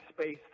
space